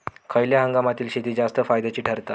खयल्या हंगामातली शेती जास्त फायद्याची ठरता?